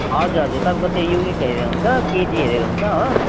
हजुर हजुर तपाईँको त्यो युनिट हेरेर हुन्छ केजी हेरेर हुन्छ हो